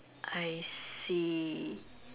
I see